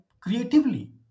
creatively